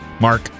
Mark